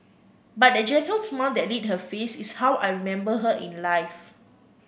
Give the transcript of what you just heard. but that gentle smile that lit her face is how I remember her in life